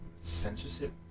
censorship